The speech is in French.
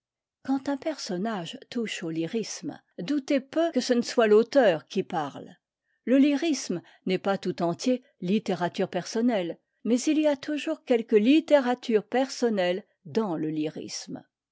quand un personnage touche au lyrisme doutez peu que ce ne soit l'auteur qui parle le lyrisme n'est pas tout entier littérature personnelle mais il y a toujours quelque littérature personnelle dans le